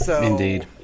Indeed